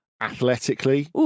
athletically